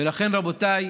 ולכן, רבותיי,